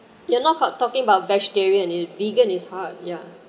you're not talking about vegetarian ve~ vegan is hard yeah